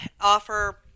offer